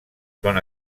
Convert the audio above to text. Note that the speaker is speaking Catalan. són